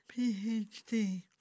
PhD